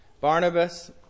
Barnabas